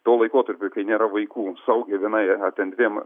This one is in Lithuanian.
tuo laikotarpiu kai nėra vaikų saugiai vienai ar ten dviem